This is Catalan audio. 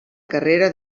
carrera